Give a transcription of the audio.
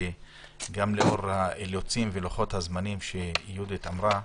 שגם לאור האילוצים ולוחות הזמנים שיהודית אמרה,